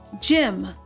Jim